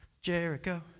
Jericho